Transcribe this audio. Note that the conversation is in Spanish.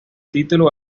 título